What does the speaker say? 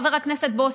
חבר הכנסת בוסו.